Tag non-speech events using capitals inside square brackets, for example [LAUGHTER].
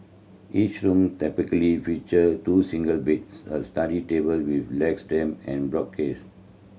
each room typically feature two single beds a study table with [UNINTELLIGIBLE] damp and bookcase